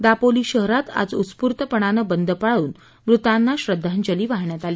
दापोली शहरात आज उत्स्फूर्तपणानं बंद पाळून मृतांना श्रद्धांजली वाहण्यात आली